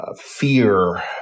fear